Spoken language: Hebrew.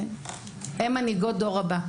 הן מנהיגות דור הבא.